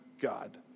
God